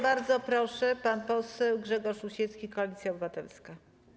Bardzo proszę, pan poseł Grzegorz Rusiecki, Koalicja Obywatelska.